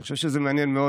אני חושב שזה מעניין מאוד,